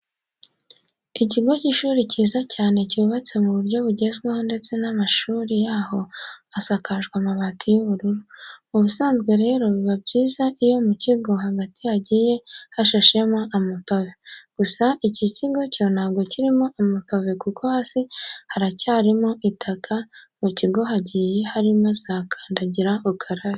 Ikigo cy'ishuri cyiza cyane cyubatse mu buryo bugezweho ndetse amashuri yaho asakajwe amabati y'ubururu. Mu busanzwe rero biba byiza iyo mu kigo hagati hagiye hasashemo amapave, gusa iki cyo ntabwo kirimo amapave kuko hasi haracyarimo itaka. Mu kigo hagiye harimo za kandagira ukarabe.